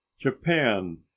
japan